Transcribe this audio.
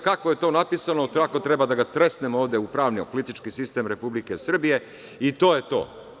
Kako je to napisano, tako treba da ga tresnemo ovde u pravni sistem Republike Srbije i to je to.